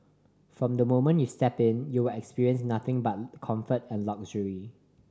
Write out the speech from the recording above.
from the moment you step in you will experience nothing but comfort and luxury